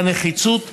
את הנחיצות,